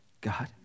God